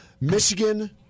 Michigan